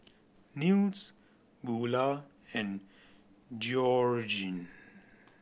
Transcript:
Nils Beula and Georgene